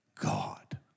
God